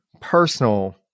personal